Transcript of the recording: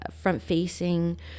front-facing